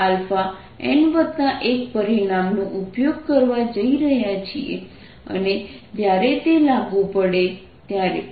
n1પરિણામ નો ઉપયોગ કરવા જઈ રહ્યા છીએ અને જ્યારે તે લાગુ પડે ત્યારે